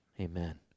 Amen